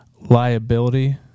liability